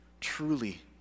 truly